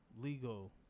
legal